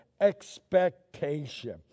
expectation